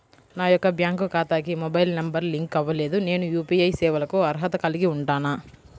నా యొక్క బ్యాంక్ ఖాతాకి మొబైల్ నంబర్ లింక్ అవ్వలేదు నేను యూ.పీ.ఐ సేవలకు అర్హత కలిగి ఉంటానా?